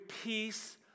peace